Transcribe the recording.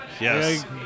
Yes